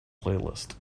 playlist